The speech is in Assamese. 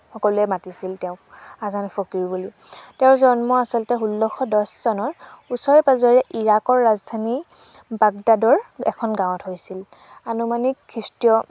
সকলোৱে মাতিছিল তেওঁক আজান ফকীৰ বুলি তেওঁৰ জন্ম আচলতে ষোল্লশ দছ চনৰ ওচৰে পাজৰে ইৰাকৰ ৰাজধানী বাগদাদৰ এখন গাঁৱত হৈছিল আনুমানিক খৃষ্টীয়